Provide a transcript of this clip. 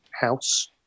house